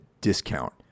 discount